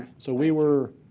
so we were,